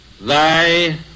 Thy